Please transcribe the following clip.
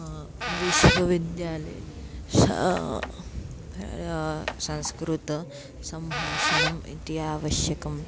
विश्वविद्यालये शा संस्कृतसम्भाषणं यदि आवश्यकम्